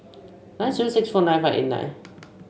nine zero six four nine five eight nine